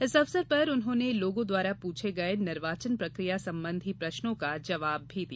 इस अवसर पर उन्होंने लोगों द्वारा पूछे गये निर्वोचन प्रक्रिया सम्बन्धी प्रश्नों का जवाब भी दिया